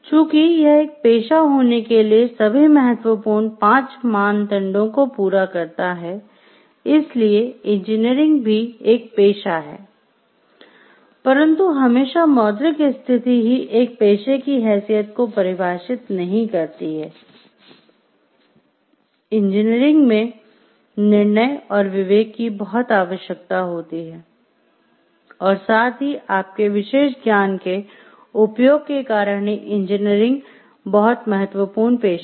चूंकि यह एक पेशा होने के लिए सभी महत्वपूर्ण पांच मानदंडों को पूरा करता है इसीलिए इंजीनियरिंग भी एक पेशा है परंतु हमेशा मौद्रिक स्थिति ही एक पेशे की हैसियत को परिभाषित नहीं करती है इंजीनियरिंग में निर्णय और विवेक की बहुत आवश्यकता होती है और साथ ही आपके विशेष ज्ञान के उपयोग के कारण ही इंजीनियरिंग बहुत महत्वपूर्ण पेशा है